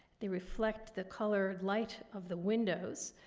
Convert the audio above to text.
they reflect the colored light of the windows,